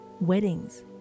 weddings